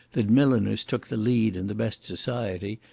that milliners took the lead in the best society,